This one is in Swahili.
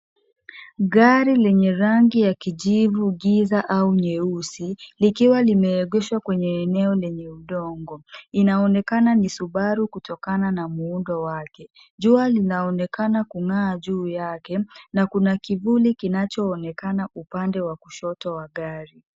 Gari lenye rangi ya kijivu, giza au nyeusi, likiwa limeegeshwa kwenye eneo lenye udongo. Inaonekana ni Subaru kutokana na muundo wake. Jua linaonekana kung'aa juu yake na kuna kivuli kinachoonekana upande wa kushoto wa gari.